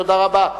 תודה רבה.